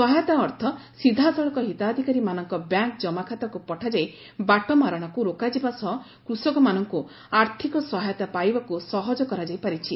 ସହାୟତା ଅର୍ଥ ସିଧାସଳଖ ହିତାଧିକାରୀମାନଙ୍କ ବ୍ୟାଙ୍କ ଜମାଖାତାକୁ ପଠାଯାଇ ବାଟମାରଣାକୁ ରୋକାଯିବା ସହ କୃଷକମାନଙ୍କୁ ଆର୍ଥିକ ସହାୟତା ପାଇବାକୁ ସହଜ କରାଯାଇ ପାରିଛି